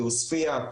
בעוספייה,